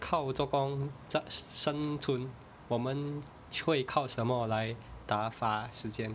靠做工 such 生存我们会靠什么来打发时间